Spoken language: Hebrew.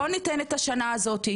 בואו ניתן את השנה הזאת,